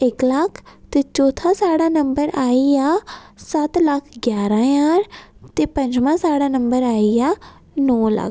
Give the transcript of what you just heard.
इक लक्ख ते चौथा साढ़ा नंबर आई गेआ सत्त लक्ख ग्यारह् ज्हार ते पंजमा साढ़ा नंबर आई गेआ नौ लक्ख